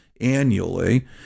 annually